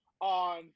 on